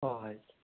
ꯍꯣꯏ ꯍꯣꯏ